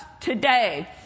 today